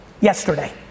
Yesterday